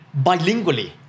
bilingually